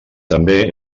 també